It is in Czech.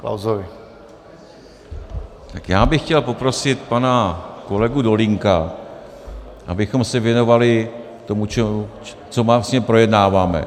Tak já bych chtěl poprosit pana kolegu Dolínka, abychom se věnovali tomu, co vlastně projednáváme.